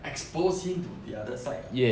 exposed him to the other side